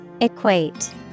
Equate